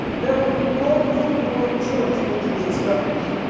there will be no lukewarm church when jesus comes.